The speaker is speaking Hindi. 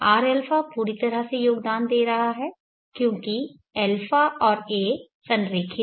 rα पूरी तरह से योगदान दे रहा है क्योंकि α और a संरेखित हैं